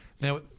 now